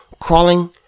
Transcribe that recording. crawling